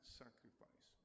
sacrifice